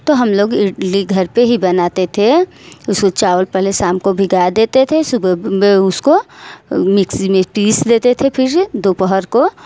तो हम लोग इडली घर पे ही बनाते थे उसको चावल पहले शाम को भीगा देते थे सुबह में उसको मिक्सी में पीस देते थे फिर दोपहर को